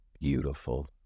beautiful